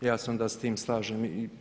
Ja se onda s tim slažem.